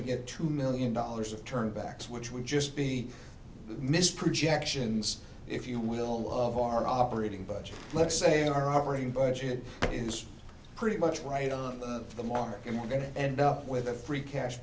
to get two million dollars of turn backs which will just be missed projections if you will of our operating budget let's say our operating budget is pretty much right on the mark and we're going to end up with a free cash